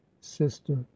sister